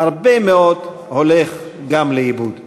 הרבה מאוד הולך גם לאיבוד.